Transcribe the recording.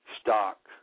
stock